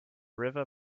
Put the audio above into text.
river